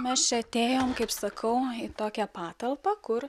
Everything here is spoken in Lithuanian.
mes čia atėjom kaip sakau į tokią patalpą kur